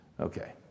Okay